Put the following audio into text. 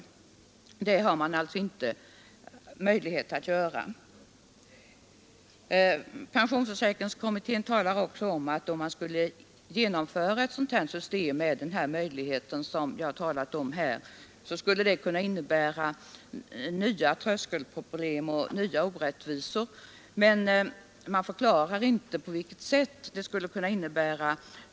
Men det får de inte göra enligt nuvarande regler. Pensionsförsäkringskommittén framhåller att ett system sådant som det jag här har talat om skulle kunna medföra nya tröskelproblem och nya orättvisor, men man förklarar inte på vilket sätt detta skulle ske.